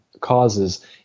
causes